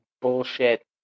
bullshit